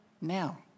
Now